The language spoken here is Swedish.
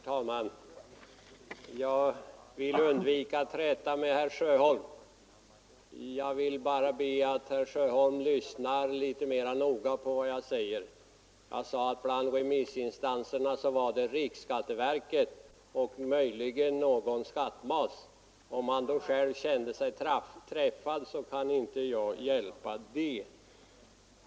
Herr talman! Jag vill undvika att träta med herr Sjöholm. Jag vill bara be att herr Sjöholm lyssnar litet mera noga på vad jag säger. Jag sade att bland remissinstanserna var riksskatteverket och möjligen någon skattmas. Om herr Sjöholm då kände sig träffad kan jag inte hjälpa det.